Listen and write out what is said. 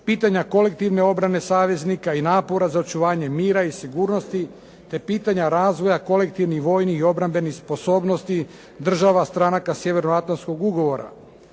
pitanja kolektivne obrane saveznika i napora za očuvanje mira i sigurnosti, te pitanja kolektivnih, vojnih i obrambenih sposobnosti država stranaka Sjevernoatlanskog ugovora.